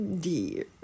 dear